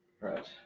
right